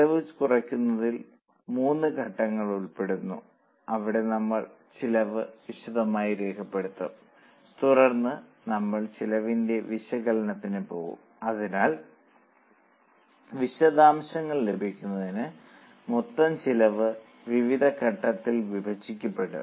ചെലവ് കുറയ്ക്കുന്നതിൽ മൂന്ന് ഘട്ടങ്ങൾ ഉൾപ്പെടുന്നു അവിടെ നമ്മൾ ചെലവ് വിശദമായി രേഖപ്പെടുത്തും തുടർന്ന് നമ്മൾ ചെലവിന്റെ വിശകലനത്തിന് പോകും അതിനാൽ വിശദാംശങ്ങൾ ലഭിക്കുന്നതിന് മൊത്തം ചെലവ് വിവിധ അടിസ്ഥാനത്തിൽ വിഭജിക്കപ്പെടും